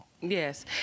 Yes